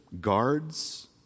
guards